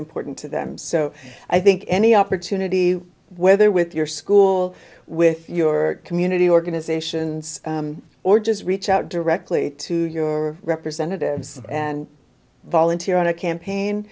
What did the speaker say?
important to them so i think any opportunity whether with your school with your community organizations or just reach out directly to your representatives and volunteer on a campaign